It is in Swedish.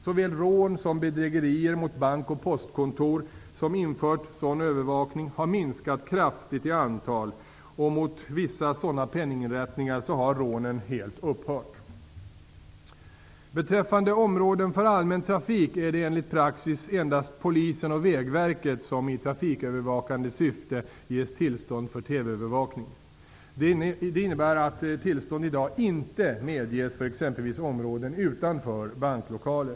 Såväl rån som bedrägerier mot bank och postkontor som infört sådan övervakning har minskat kraftigt i antal och mot vissa sådana penninginrättningar har rånen helt upphört. Beträffande områden för allmän trafik är det enligt praxis endast Polisen och Vägverket som i trafikövervakande syfte ges tillstånd för TV övervakning. Det innebär att tillstånd i dag inte medges för exempelvis områden utanför banklokaler.